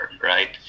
right